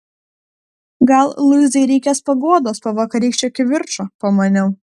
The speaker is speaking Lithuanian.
gal luizai reikės paguodos po vakarykščio kivirčo pamaniau